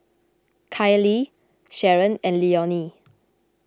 Kylee Sharon and Leonie